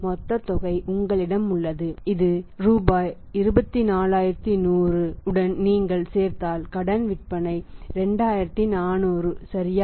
மொத்த தொகை உங்களிடம் உள்ளது இந்த ரூபாய் 24 100 கள் உடன் நீங்கள் சேர்த்தாள் கடன் விற்பனை 2400 சரியா